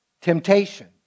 temptation